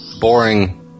Boring